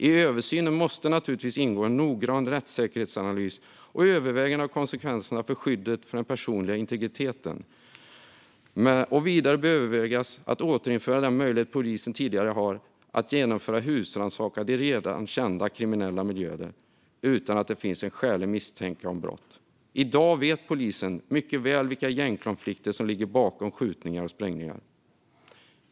I översynen måste naturligtvis ingå en noggrann rättssäkerhetsanalys och överväganden av konsekvenserna för skyddet av den personliga integriteten. Vidare bör övervägas att återinföra den möjlighet som polisen hade tidigare att genomföra husrannsakan i redan kända kriminella miljöer utan att det finns en skälig misstanke om brott. I dag vet polisen mycket väl vilka gängkonflikter som ligger bakom skjutningar och sprängningar.